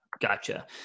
Gotcha